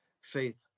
faith